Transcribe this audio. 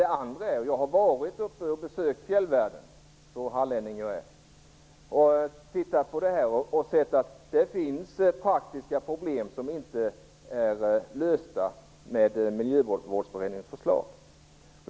Den andra är att när jag besökt fjällvärlden - den hallänning jag är - har jag sett att det finns praktiska problem som inte blir lösta med Miljövårdsberedningens förslag.